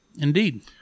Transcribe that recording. Indeed